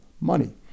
money